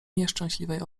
nieszczęśliwej